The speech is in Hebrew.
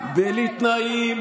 בלי תנאים,